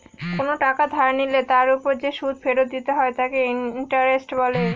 কোন টাকা ধার নিলে তার ওপর যে সুদ ফেরত দিতে হয় তাকে ইন্টারেস্ট বলে